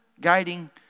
guiding